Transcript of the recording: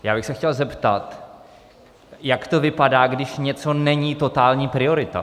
Já bych se chtěl zeptat, jak to vypadá, když něco není totální priorita.